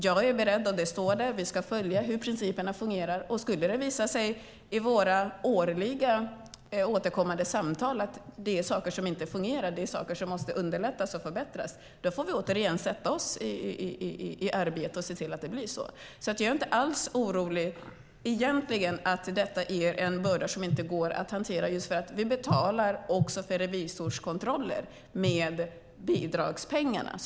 Jag är beredd, och det står att vi ska följa hur principerna fungerar. Skulle det visa sig i våra årliga återkommande samtal att det är saker som inte fungerar och saker som måste underlättas och förbättras får vi sätta oss i arbete och se till att det blir så. Jag är egentligen inte alls orolig för att detta är en börda som inte går att hantera, just för att vi betalar också för revisorskontroller med bidragspengarna.